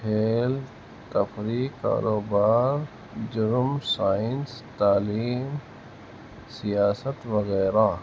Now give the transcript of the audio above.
کھیل تفریح کاروبار جرم سائنس تعلیم سیاست وغیرہ